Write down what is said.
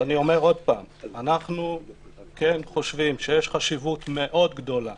אנחנו חושבים שיש חשיבות מאוד גדולה